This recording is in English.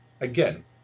again